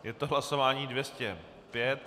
Je to hlasování 205.